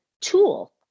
tool